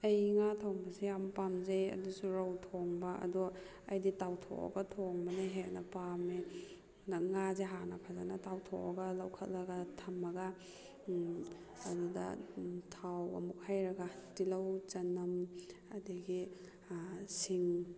ꯑꯩ ꯉꯥ ꯊꯣꯡꯕꯁꯦ ꯌꯥꯝ ꯄꯥꯝꯖꯩ ꯑꯗꯨꯁꯨ ꯔꯧ ꯊꯣꯡꯕ ꯑꯗꯣ ꯑꯩꯗꯤ ꯇꯥꯎꯊꯣꯛꯑꯒ ꯊꯣꯡꯕꯅ ꯍꯦꯟꯅ ꯄꯥꯝꯃꯦ ꯉꯥꯁꯦ ꯍꯥꯟꯅ ꯐꯖꯅ ꯇꯥꯎꯊꯣꯛꯑꯒ ꯂꯧꯈꯠꯂꯒ ꯊꯝꯃꯒ ꯑꯗꯨꯗ ꯊꯥꯎ ꯑꯃꯨꯛ ꯍꯩꯔꯒ ꯇꯤꯜꯍꯧ ꯆꯅꯝ ꯑꯗꯒꯤ ꯁꯤꯡ